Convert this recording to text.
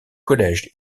collège